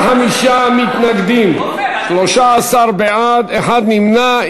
25 מתנגדים, 13 בעד, אחד נמנע.